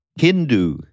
Hindu